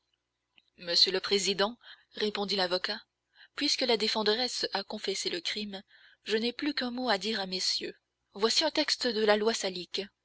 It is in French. monsieur le président répondit l'avocat puisque la défenderesse a confessé le crime je n'ai plus qu'un mot à dire à messieurs voici un texte de la loi salique